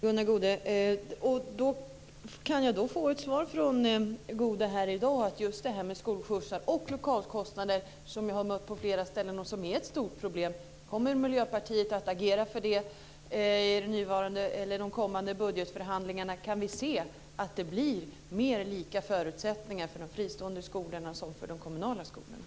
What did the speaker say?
Herr talman! Kan jag då kan få ett svar från Gunnar Goude i dag om lokaler och skolskjutsar som är ett stort problem? Kommer Miljöpartiet att agera för detta i de kommande budgetförhandlingarna? Kommer vi att få se att blir samma förutsättningar för de fristående skolorna som för de kommunala skolorna?